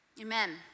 Amen